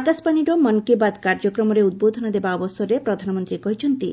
ଆକାଶବାଣୀର ମନ୍ କୀ ବାତ୍ କାର୍ଯ୍ୟକ୍ରମରେ ଉଦ୍ବୋଧନ ଦେବା ଅବସରରେ ପ୍ରଧାନମନ୍ତ୍ରୀ କହିଛନ୍ତି